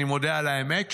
אני מודה על האמת,